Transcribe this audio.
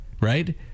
Right